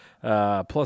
plus